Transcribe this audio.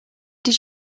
did